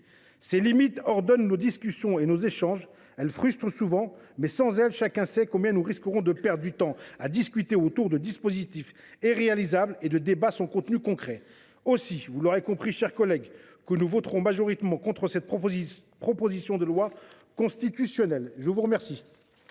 Ces limites ordonnent notre discussion et nos échanges. Elles frustrent souvent, mais, sans elles, chacun sait combien nous risquerions de perdre du temps à discuter autour de dispositifs irréalisables et de débats sans contenu concret. Aussi, vous l’aurez compris, mes chers collègues, nous voterons majoritairement contre cette proposition de loi constitutionnelle. Je suis déçue